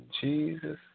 Jesus